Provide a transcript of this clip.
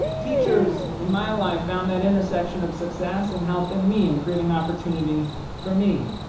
teachers in my life found that intersection of success in helping me, and creating opportunity for me.